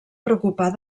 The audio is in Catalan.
preocupar